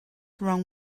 wrong